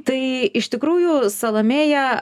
tai iš tikrųjų salomėja